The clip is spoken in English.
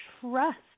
trust